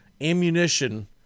Ammunition